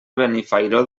benifairó